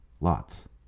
lots